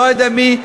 לא יודע מי,